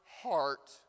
heart